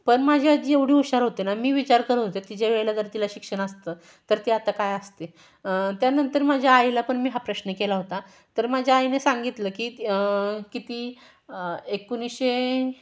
पण माझी आजी एवढी हुशार होते ना मी विचार करत होते तिच्या वेळेला जर तिला शिक्षण असतं तर ती आता काय असती त्यानंतर माझ्या आईला पण मी हा प्रश्न केला होता तर माझ्या आईने सांगितलं की किती एकोणीसशे